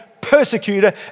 persecutor